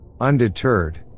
Undeterred